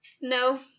No